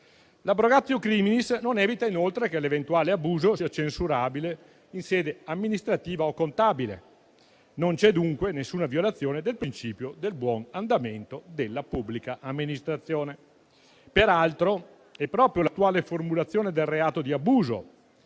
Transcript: L'*abrogatio criminis* non evita, inoltre, che l'eventuale abuso sia censurabile in sede amministrativa o contabile. Non c'è dunque alcuna violazione del principio del buon andamento della pubblica amministrazione. Peraltro, è proprio l'attuale formulazione del reato di abuso,